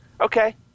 Okay